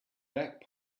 back